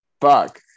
Fuck